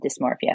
dysmorphia